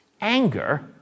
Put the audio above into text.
anger